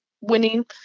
winning